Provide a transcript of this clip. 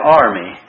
army